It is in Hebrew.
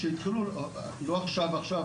לא עכשיו-עכשיו,